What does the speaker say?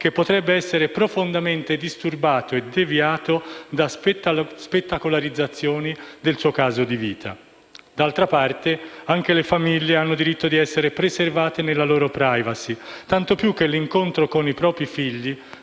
che potrebbe essere profondamente disturbato e deviato da spettacolarizzazioni del suo caso di vita. D'altra parte anche le famiglie hanno diritto di essere preservate nella loro *privacy*, tanto più che l'incontro con i propri figli